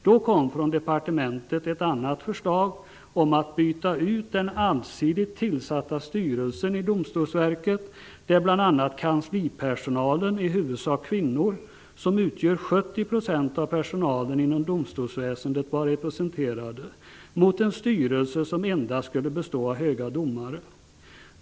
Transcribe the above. Då kom från departementet ett förslag om att byta ut den allsidigt tillsatta styrelsen i Domstolsverket -- där bl.a. kanslipersonalen, i huvudsak kvinnor, som utgör ca 70 % av personalen inom domstolsväsendet, var representerad -- mot en styrelse som endast skulle bestå av höga domare.